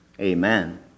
Amen